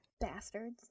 Bastards